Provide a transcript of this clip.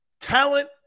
talent